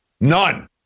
None